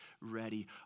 ready